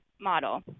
model